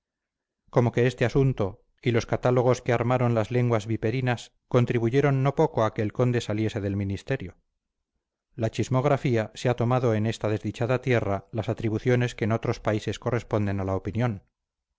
como que este asunto y los catálogos que armaron las lenguas viperinas contribuyeron no poco a que el conde saliese del ministerio la chismografía se ha tomado en esta desdichada tierra las atribuciones que en otros países corresponden a la opinión